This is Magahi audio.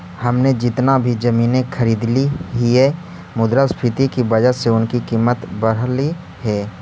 हमने जितना भी जमीनें खरीदली हियै मुद्रास्फीति की वजह से उनकी कीमत बढ़लई हे